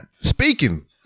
Speaking